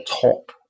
top